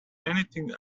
anything